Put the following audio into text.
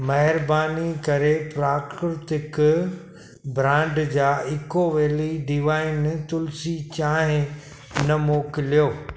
महिरबानी करे प्राकृतिक ब्रांड जा ईको वैली डिवाईन तुलसी चांहि न मोकिलियो